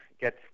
get